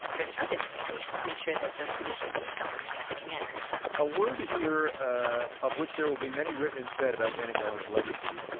for the trump administration, to make sure that those positions get filled in a timely manner a word here ah of which there will be many written and said about janet yellen's legacy.